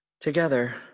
Together